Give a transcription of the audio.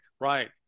right